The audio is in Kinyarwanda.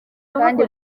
kandi